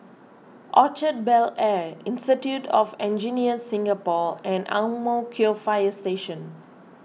Orchard Bel Air Institute of Engineers Singapore and Ang Mo Kio Fire Station